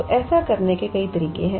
तो ऐसा करने के कई तरीके हैं